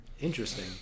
interesting